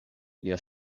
lia